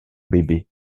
bébé